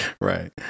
Right